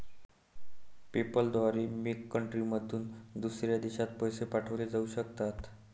PayPal द्वारे मेक कंट्रीमधून दुसऱ्या देशात पैसे पाठवले जाऊ शकतात